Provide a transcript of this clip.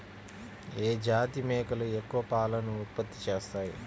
ఏ జాతి మేకలు ఎక్కువ పాలను ఉత్పత్తి చేస్తాయి?